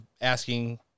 asking